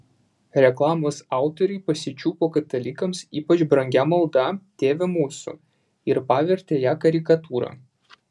reklamos autoriai pasičiupo katalikams ypač brangią maldą tėve mūsų ir pavertė ją karikatūra